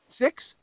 Six